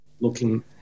looking